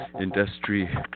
industry